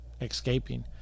escaping